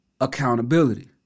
accountability